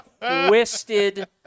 twisted